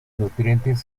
nutrientes